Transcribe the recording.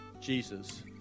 Jesus